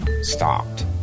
stopped